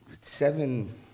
seven